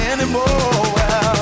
Anymore